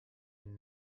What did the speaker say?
and